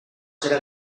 zera